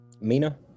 Mina